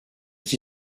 qui